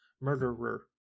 Murderer